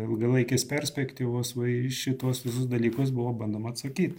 ilgalaikės perspektyvos va į šituos dalykus buvo bandoma atsakyt